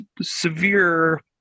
severe